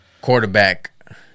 quarterback